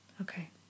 Okay